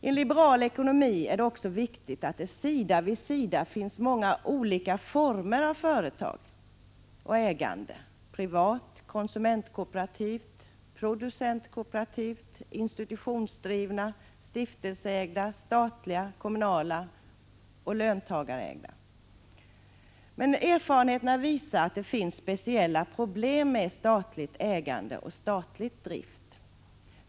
I en liberal ekonomi är det också viktigt att det sida vid sida finns många olika former av företag och ägande — privata, konsumentkooperativa, produtentkooperativa, institutionsdrivna, stiftelseägda, statliga, kommunala och löntagarägda. Erfarenheterna visar att det finns speciella problem med statligt ägande och statlig drift.